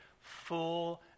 full